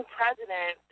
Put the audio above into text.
president